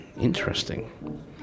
interesting